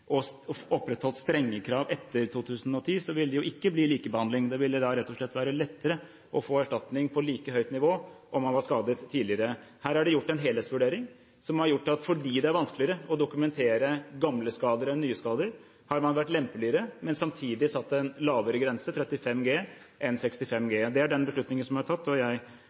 og opprettholdt strenge krav etter 2010, ville det jo ikke bli likebehandling. Det ville rett og slett være lettere å få erstatning på like høyt nivå om man var skadet tidligere. Her er det gjort en helhetsvurdering som har medført at fordi det er vanskeligere å dokumentere gamle skader enn nye skader, har man vært lempeligere, men samtidig satt en lavere grense, 35 G i stedet for 65 G. Det er den beslutningen som er tatt, og